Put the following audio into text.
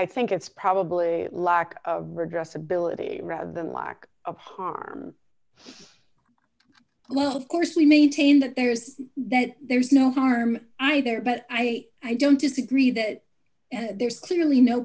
i think it's probably lack of redress ability rather than lack of harm well of course we maintain that there's that there's no harm either but i i don't disagree that there's clearly no